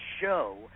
show